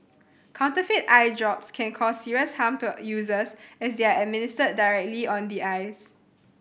counterfeit eye drops can cause serious harm to users as they are administered directly on the eyes